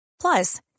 Plus